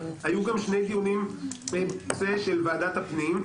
היו גם שני דיונים בנושא של וועדת הפנים,